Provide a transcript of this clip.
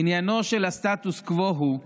עניינו של הסטטוס קוו הוא לאפשר,